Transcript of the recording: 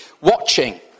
watching